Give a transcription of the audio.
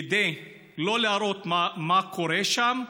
כדי לא להראות מה קורה שם,